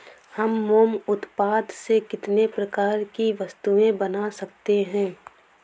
हम मोम उत्पाद से कितने प्रकार की वस्तुएं बना सकते हैं?